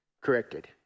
corrected